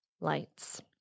lights